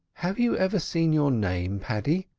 have you ever seen your name, paddy?